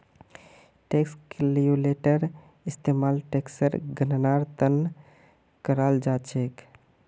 tax calculator इस्तेमाल टेक्सेर गणनार त न कराल जा छेक